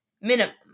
minimum